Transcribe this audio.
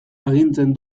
agintzen